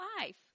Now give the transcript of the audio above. life